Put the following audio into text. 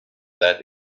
that